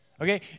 okay